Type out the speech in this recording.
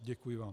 Děkuji vám.